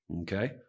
okay